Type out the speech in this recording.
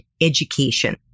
education